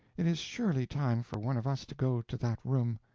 it is surely time for one of us to go to that room.